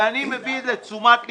ואני מביא לתשומת ליבך,